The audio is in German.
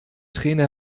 trainer